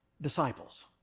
disciples